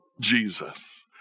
Jesus